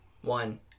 one